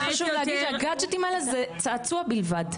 חשוב להגיד שהגדג'טים האלה זה צעצוע בלבד.